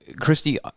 Christy